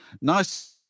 nice